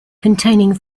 containing